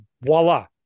voila